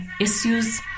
issues